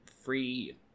free